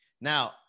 Now